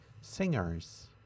Singers